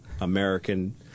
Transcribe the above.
American